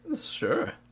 Sure